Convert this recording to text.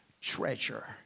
treasure